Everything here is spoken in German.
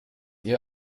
ihr